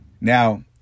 Now